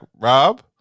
Rob